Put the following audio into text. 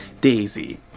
Daisy